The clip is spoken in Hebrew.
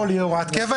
הכול יהיה בהוראת קבע,